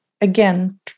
again